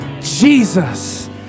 jesus